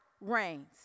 reigns